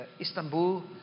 Istanbul